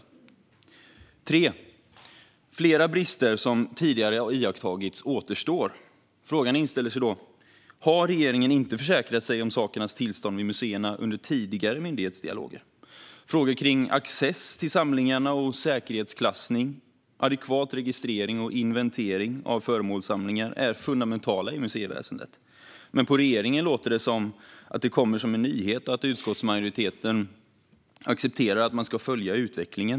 För det tredje återstår flera brister som tidigare iakttagits. Då inställer sig frågan: Har regeringen inte försäkrat sig om sakernas tillstånd vid museerna under tidigare myndighetsdialoger? Frågor om access till samlingarna, säkerhetsklassning och adekvat registrering och inventering av föremålssamlingar är fundamentala i museiväsendet. Men på regeringen låter det som att detta kommer som en nyhet, och utskottsmajoriteten accepterar att utvecklingen ska följas.